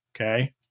okay